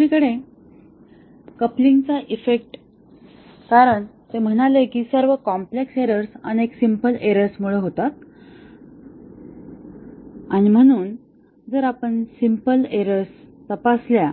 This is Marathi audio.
दुसरीकडे कपलिंगचा इफेक्ट कारण ते म्हणाले की सर्व कॉम्प्लेक्स एरर्स अनेक सिम्पल एरर्स मुळे होतात आणि म्हणून जर आपण सिम्पल एरर्स तपासल्या